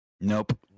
Nope